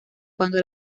cuando